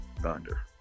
Thunder